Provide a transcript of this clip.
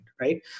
right